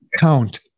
count